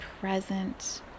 present